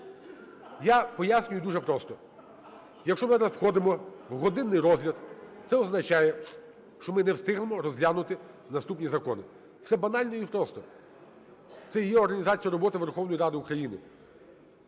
я пояснюю дуже просто: якщо ми не входимо в годинний розгляд, це означає, що ми не встигнемо розглянути наступні закони. Все банально і просто. Це і є організація роботи Верховної Ради України.